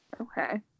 Okay